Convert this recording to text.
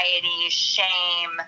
shame